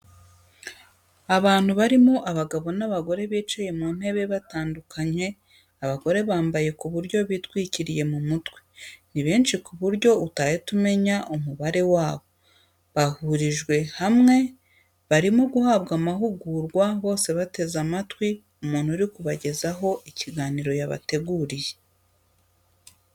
Abantu barimo abagabo n'abagore bicaye mu ntebe batandukanye, abagore bambaye ku buryo bitwikiriye mu mutwe, ni benshi ku buryo utahita umenya umubare wabo, bahurijwe hamwe barimo guhabwa amahugurwa, bose bateze amatwi umuntu uri kubagezaho ikiganiro yabateguriye.